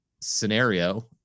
scenario